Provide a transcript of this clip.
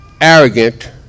arrogant